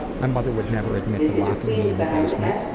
my mother would never admit to locking me in the basement.